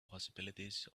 possibilities